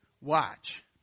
watch